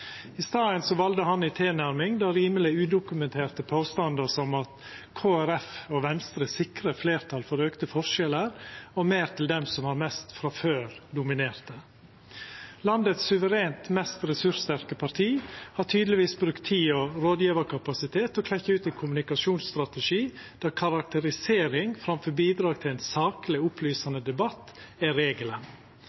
I staden valde han ei tilnærming der rimeleg udokumenterte påstandar som at Kristeleg Folkeparti og Venstre sikrar fleirtal for auka forskjellar og meir til dei som har mest frå før, dominerte. Landets suverent mest ressurssterke parti har tydelegvis brukt tid og rådgjevarkapasitet på å klekkja ut ein kommunikasjonsstrategi der karakterisering framfor bidrag til ein sakleg,